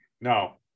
No